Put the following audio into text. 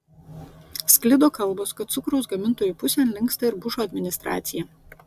sklido kalbos kad cukraus gamintojų pusėn linksta ir bušo administracija